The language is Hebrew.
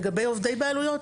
לגבי עובדי בעלויות,